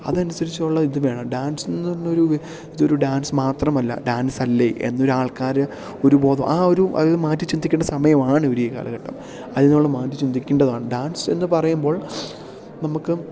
അതനുസരിച്ചുള്ള ഇത് വേണം ഡാൻസെന്നു പറഞ്ഞൊരു ഇതൊരു ഡാൻസ് മാത്രമല്ല ഡാൻസല്ലേ എന്നൊരാൾക്കാര് ഒരു ബോധം ആ ഒരു അതു മാറ്റിച്ചിന്തിക്കേണ്ട സമയമാണ് കാലഘട്ടം അതിനി നമ്മള് മാറ്റിച്ചിന്തിക്കേണ്ടതാണ് ഡാൻസ് എന്നു പറയുമ്പോൾ നമ്മക്കും